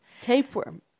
Tapeworm